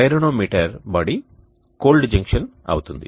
pyranometer body cold junction అవుతుంది